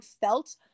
felt